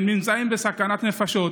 הם נמצאים בסכנת נפשות.